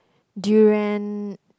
durian